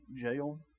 jail